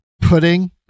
pudding